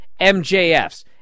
MJFs